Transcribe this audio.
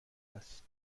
است